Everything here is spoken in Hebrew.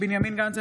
בנימין גנץ,